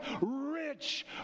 rich